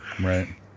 Right